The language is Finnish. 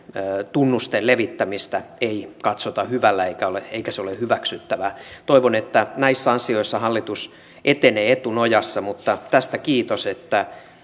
tunnusten levittämistä ei katsota hyvällä eikä se ole hyväksyttävää toivon että näissä asioissa hallitus etenee etunojassa mutta tästä kiitos että